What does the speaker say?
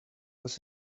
was